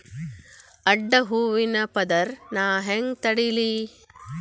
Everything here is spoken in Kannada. ಅಡ್ಡ ಹೂವಿನ ಪದರ್ ನಾ ಹೆಂಗ್ ತಡಿಲಿ?